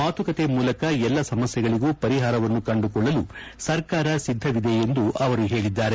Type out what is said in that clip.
ಮಾತುಕತೆ ಮೂಲಕ ಎಲ್ಲಾ ಸಮಸ್ಲೆಗಳಿಗೂ ಪರಿಹಾರವನ್ನು ಕಂಡುಕೊಳ್ಳಲು ಸರ್ಕಾರ ಸಿದ್ದವಿದೆ ಎಂದು ಹೇಳಿದ್ದಾರೆ